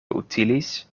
utilis